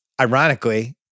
Ironically